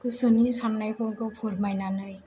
गोसोनि साननायफोरखौ फोरमायनानै